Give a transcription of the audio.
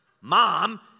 mom